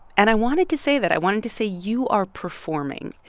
and i wanted to say that. i wanted to say, you are performing.